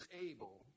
able